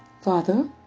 Father